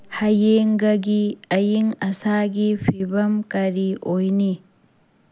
ꯍꯌꯦꯡꯒꯤ ꯑꯏꯪ ꯑꯁꯥ ꯐꯤꯕꯝ ꯀꯔꯤ ꯑꯣꯏꯅꯤ